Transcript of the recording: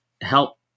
help